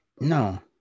No